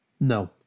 No